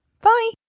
Bye